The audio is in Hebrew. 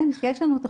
כן, יש לנו תוכנית.